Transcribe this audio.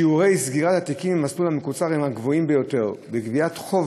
שיעורי סגירת התיקים במסלול המקוצר גבוהים יותר וגביית החוב